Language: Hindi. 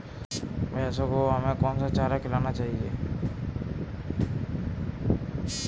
भैंसों को हमें कौन सा चारा खिलाना चाहिए?